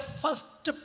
first